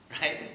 Right